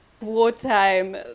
wartime